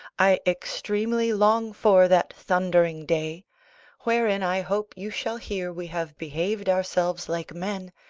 i extremely long for that thundering day wherein i hope you shall hear we have behaved ourselves like men,